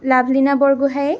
Lovlina বৰগোহাঁয়ে